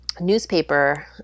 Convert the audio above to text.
newspaper